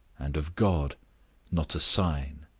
and of god not a sign.